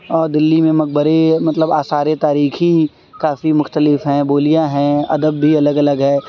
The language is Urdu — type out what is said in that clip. اور دلی میں مقبرے مطلب آثار تاریخی کافی مختلف ہیں بولیاں ہیں ادب بھی الگ الگ ہے